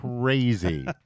crazy